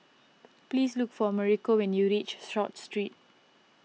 please look for Mauricio when you reach Short Street